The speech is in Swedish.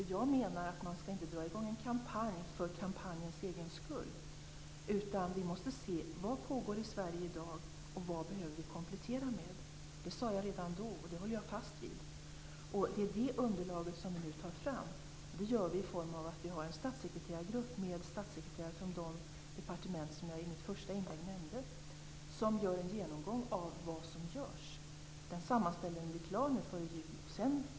Jag menar att man inte skall dra i gång en kampanj för kampanjens egen skull. Vi måste se vad som pågår i Sverige i dag och vad vi behöver komplettera med. Det sade jag redan då, och det håller jag fast vid. Det är det underlaget som vi nu tar fram. Det gör vi genom att vi har en statssekreterargrupp med statssekreterare från de departement som jag nämnde i mitt första inlägg som gör en genomgång av vad som görs. Den sammanställningen blir klar nu före jul.